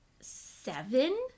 seven